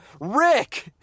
Rick